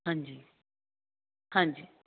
ਹਾਂਜੀ ਹਾਂਜੀ